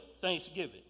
thanksgiving